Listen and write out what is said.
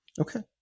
Okay